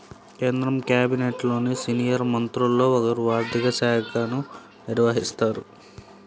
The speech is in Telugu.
కేంద్ర క్యాబినెట్లోని సీనియర్ మంత్రుల్లో ఒకరు ఆర్ధిక శాఖను నిర్వహిస్తారు